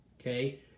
Okay